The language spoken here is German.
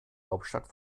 hauptstadt